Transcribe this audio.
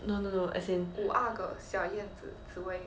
no no no as in